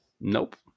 Nope